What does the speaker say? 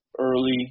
early